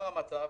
לא הבנתי.